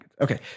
Okay